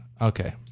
Okay